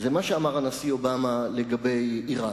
מה שאמר אובמה לגבי אירן.